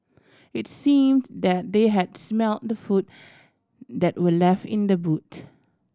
it's seem that they had smelt the food that were left in the boot